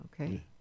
Okay